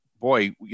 boy